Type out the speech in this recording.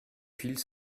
file